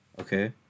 okay